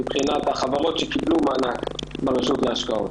מבחינת החברות שקיבלו מענק ברשות להשקעות.